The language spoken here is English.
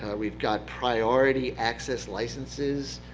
we've got priority access licenses,